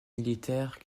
militaires